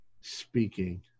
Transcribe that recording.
speaking